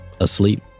asleep